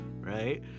right